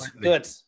good